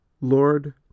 Lord